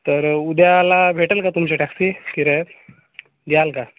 तर उद्याला भेटेल का तुमची टॅक्सी किराया द्याल का